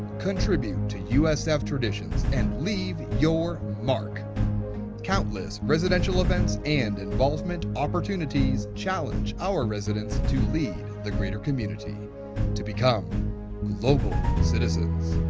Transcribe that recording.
contribute to usf traditions and leave your mark countless presidential events and involvement opportunities challenge our residents to lead the greater community to become global citizens,